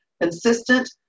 consistent